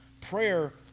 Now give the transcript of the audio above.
Prayer